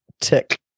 tick